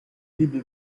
libri